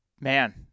man